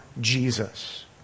Jesus